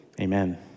amen